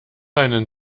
einen